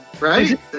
Right